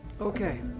Okay